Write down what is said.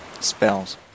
spells